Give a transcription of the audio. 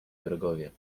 wrogowie